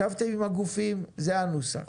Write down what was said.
ישבתם עם הגופים, זה הנוסח.